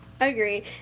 Agree